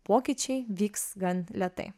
pokyčiai vyks gan lėtai